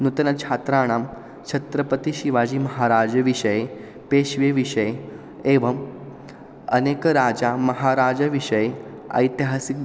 नूतनछात्राणां छत्रपतिशिवाजीमहाराजविषये पेश्वे विषये एवम् अनेक राजामहाराजविषये ऐतिहासिक